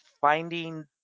finding